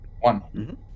One